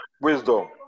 Wisdom